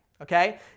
Okay